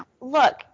look